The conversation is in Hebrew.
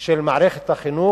של מערכת החינוך,